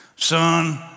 Son